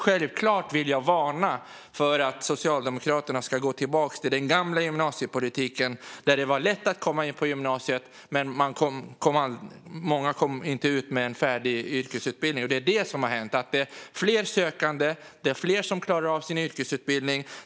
Självklart vill jag alltså varna för att Socialdemokraterna ska gå tillbaka till den gamla gymnasiepolitiken där det var lätt att komma in på gymnasiet men där många inte kom ut med en färdig yrkesutbildning. Det som har hänt är att det är fler sökande. Det är fler som klarar av sin yrkesutbildning.